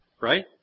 right